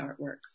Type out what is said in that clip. artworks